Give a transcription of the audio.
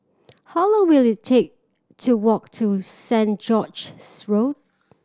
how long will it take to walk to Saint George's Road